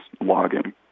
logging